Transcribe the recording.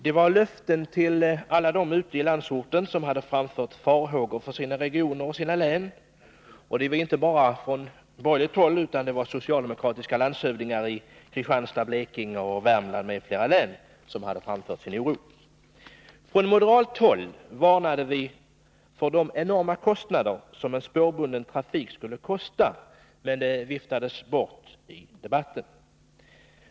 Det var löften till alla dem ute i landsorten som hade framfört farhågor för sina regioner och för sina län — inte bara från borgerligt håll, utan även socialdemokratiska landshövdingar i Kristianstads, Blekinge, Värmlands m.fl. län framförde sin oro. Från moderat håll varnade vi för de enorma kostnader som en spårbunden trafik skulle medföra, men detta viftades bort i debatten.